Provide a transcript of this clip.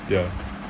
ya